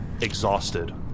exhausted